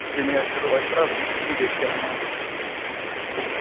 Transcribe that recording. ਜਿਵੇਂ ਅੱਜਕਲ ultra boost ਤੁਸੀਂ ਦੇਖਿਆ ਹੋਣਾ